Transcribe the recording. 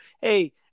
hey –